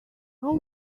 how